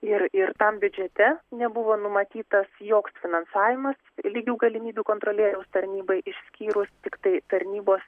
ir ir tam biudžete nebuvo numatytas joks finansavimas lygių galimybių kontrolieriaus tarnybai išskyrus tiktai tarnybos